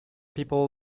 people